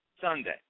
Sunday